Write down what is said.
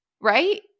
right